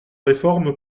réforme